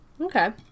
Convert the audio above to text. Okay